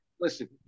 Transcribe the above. listen